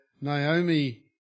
Naomi